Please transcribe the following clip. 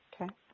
Okay